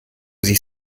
sich